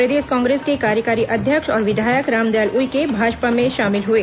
प्रदेश कांग्रेस के कार्यकारी अध्यक्ष और विधायक रामदयाल उइके भाजपा में शामिल हुए